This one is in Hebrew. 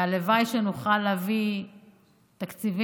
והלוואי שנוכל להביא תקציבים